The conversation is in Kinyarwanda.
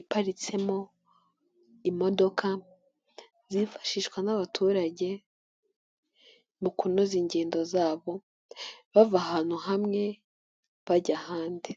Iparitsemo imodoka zifashishwa n'abaturage mu kunoza ingendo zabo bava ahantu hamwe bajya ahandi.